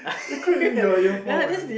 you quit your year four and